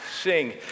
sing